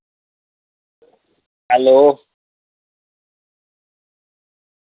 hello